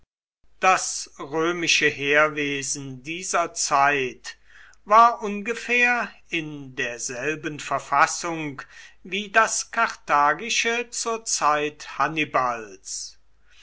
das römische heerwesen dieser zeit war ungefähr in derselben verfassung wie das karthagische zur zeit hannibals